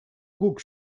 guk